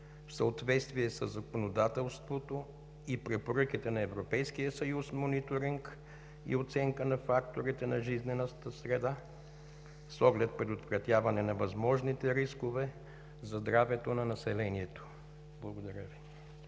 в съответствие със законодателството и препоръките на Европейския съюз мониторинг и оценка на факторите на жизнената среда с оглед предотвратяване на възможните рискове за здравето на населението. Благодаря Ви.